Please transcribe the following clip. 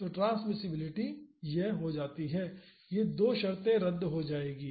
तो ट्रांसमिसिबिलिटी यह हो जाती है ये दो शर्तें रद्द हो जाएंगी